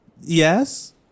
yes